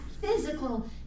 physical